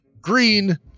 green